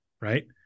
right